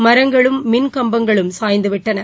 மரங்களும் மின்கம்பங்களும் சாய்ந்துவிட்டன